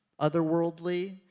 otherworldly